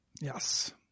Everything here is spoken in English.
Yes